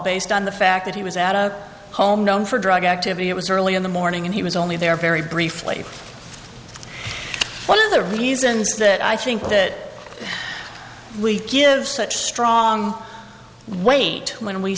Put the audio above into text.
based on the fact that he was at a home known for drug activity it was early in the morning and he was only there very briefly one of the reasons that i think that we give such strong weight when we